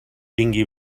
vingui